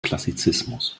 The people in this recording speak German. klassizismus